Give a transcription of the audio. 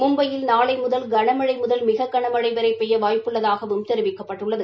மும்பையில் நாளை முதல் கனமழை முதல் மிகக்கனமழை வரை பெய்ய வாய்ப்பு உள்ளதாகவும் தெரிவிக்கப்பட்டுள்ளது